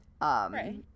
Right